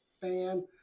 fan